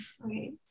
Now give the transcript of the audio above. Right